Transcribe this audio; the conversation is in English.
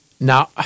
Now